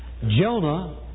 Jonah